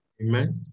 Amen